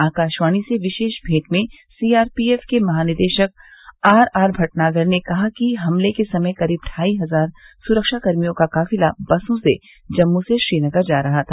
आकाशवाणी से विशेष भेंट में सीआरपीएफ के महानिदेशक आरआरभटनागर ने कहा है कि हमले के समय करीब ढाई हजार सुरक्षाकर्मियों का काफिला बसों सेजम्मू से श्रीनगर जा रहा था